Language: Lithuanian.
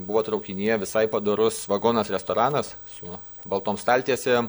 buvo traukinyje visai padorus vagonas restoranas su baltom staltiesėm